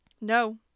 No